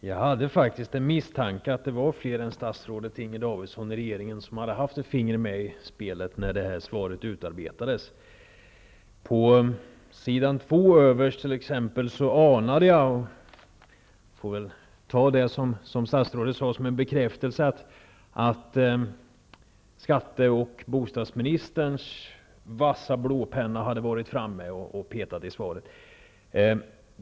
Fru talman! Jag hade en misstanke att det var fler i regeringen än statsrådet Inger Davidson som haft ett finger med i spelet när svaret utarbetades. Jag anade, och jag får ta det statsrådet sade som en bekräftelse, att skatte och bostadsministerns vassa blåpenna hade varit framme och petat i svaret.